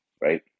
right